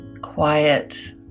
quiet